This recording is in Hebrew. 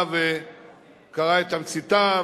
שנית,